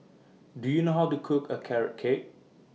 Do YOU know How to Cook A Carrot Cake